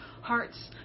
hearts